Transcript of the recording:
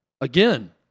Again